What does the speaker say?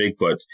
Bigfoot